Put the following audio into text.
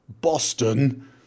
Boston